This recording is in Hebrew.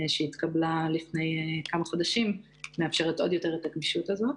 שהתקבלה לפני כמה חודשים מאפשרת גמישות זו.